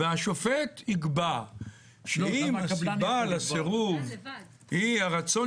והשופט יקבע שאם הסיבה לסירוב היא הרצון